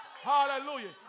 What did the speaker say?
Hallelujah